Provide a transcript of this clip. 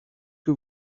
que